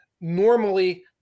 normally